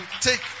take